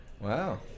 Wow